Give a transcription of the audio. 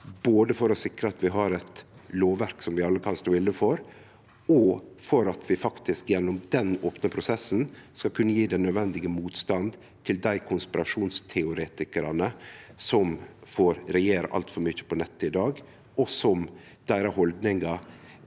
både for å sikre at vi har eit lovverk som vi alle kan stå inne for, og for at vi gjennom den opne prosessen skal kunne gje den nødvendige motstand til dei konspirasjonsteoretikarane som får regjere altfor mykje på nettet i dag. Deira haldningar